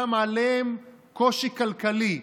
שם עליהם קושי כלכלי,